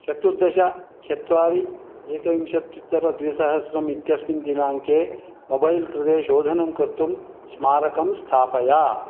चतुर्दश चत्वारि एकविंशत्युत्तरद्विसहस्रम् इत्यस्मिन् दिनाङ्के मोबैल् कृते शोधनं कर्तुं स्मारकं स्थापय